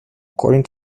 according